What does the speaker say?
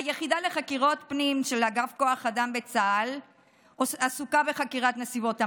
היחידה לחקירות פנים של אגף כוח אדם בצה"ל עסוקה בחקירת נסיבות המוות,